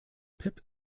pip